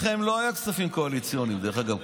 לכם לא היו כספים קואליציוניים, דרך אגב.